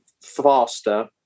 faster